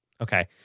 Okay